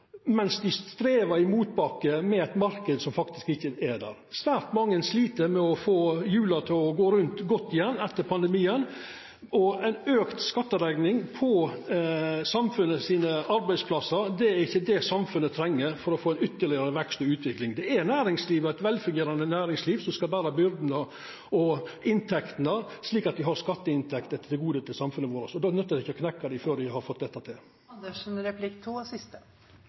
strevar i motbakke med ein marknad som faktisk ikkje er der. Svært mange slit med å få hjula til å gå godt rundt igjen etter pandemien. Ei auka skatterekning på samfunnet sine arbeidsplassar er ikkje det samfunnet treng for å få ytterlegare vekst og utvikling. Det er næringslivet og eit velfungerande næringsliv som skal bera byrdene og ha inntektene, slik at me har skatteinntekter til samfunnet. Då nyttar det ikkje å knekkja dei før dei har fått dette til. Det er nok sånn at hvis vi har god velferd og